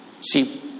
See